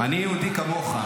אני יהודי כמוך.